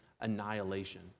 annihilation